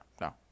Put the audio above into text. no